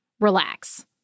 relax